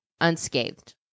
unscathed